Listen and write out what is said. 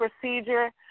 procedure